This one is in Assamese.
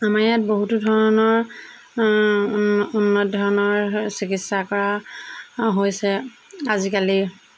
আমাৰ ইয়াত বহুতো ধৰণৰ উন্নত ধৰণৰ চিকিৎসা কৰা হৈছে আজিকালি